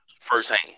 firsthand